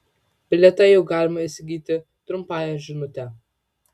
bilietą jau galima įsigyti trumpąja žinute